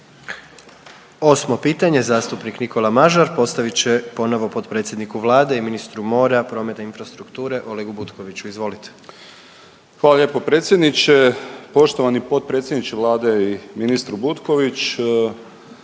8. pitanje zastupnik Nikola Mažar postavit će ponovno potpredsjedniku Vlade i ministru mora, prometa i infrastrukture Olegu Butkoviću. Izvolite. **Mažar, Nikola (HDZ)** Hvala lijepo predsjedniče. Poštovani potpredsjedniče Vlade i ministre Butković,